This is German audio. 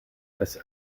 das